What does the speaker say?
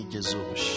Jesus